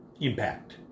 impact